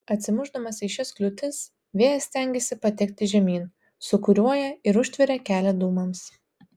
atsimušdamas į šias kliūtis vėjas stengiasi patekti žemyn sūkuriuoja ir užtveria kelią dūmams